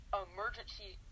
emergency